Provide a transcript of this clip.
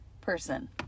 person